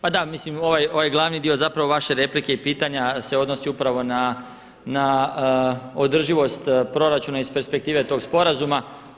Pa da mislim ovaj glavni dio vaše replike i pitanja se odnosi upravo na održivost proračuna iz perspektive tog sporazuma.